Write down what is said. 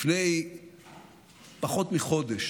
לפני פחות מחודש